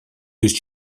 лишь